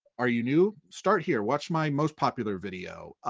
are you new, start here, watch my most popular video,